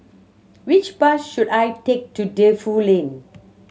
which bus should I take to Defu Lane